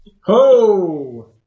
Ho